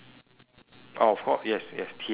oh of cou~ yes yes tiara